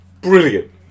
Brilliant